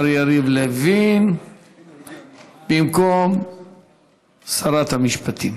במקום שרת המשפטים.